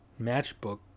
matchbook